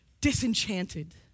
disenchanted